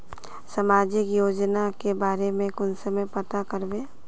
सामाजिक योजना के बारे में कुंसम पता करबे?